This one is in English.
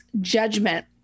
Judgment